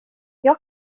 jag